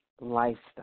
lifestyle